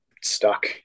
stuck